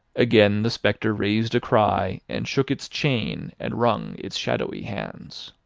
again the spectre raised a cry, and shook its chain and wrung its shadowy hands.